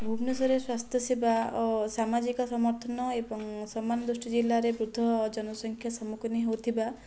ଭୁବନେଶ୍ୱରରେ ସ୍ୱାସ୍ଥ୍ୟ ସେବା ଓ ସାମାଜିକ ସମର୍ଥନ ଏବଂ ସମାନ ଦୃଷ୍ଟି ଜିଲ୍ଲାରେ ବୃଦ୍ଧ ଜନସଂଖ୍ୟା ସମ୍ମୁଖିନ୍ନ ହେଉଥିବା